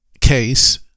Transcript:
case